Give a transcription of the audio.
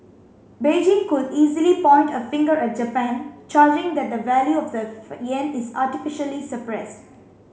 Beijing could easily point a finger at Japan charging that the value of the yen is artificially suppressed